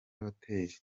hoteli